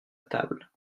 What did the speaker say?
table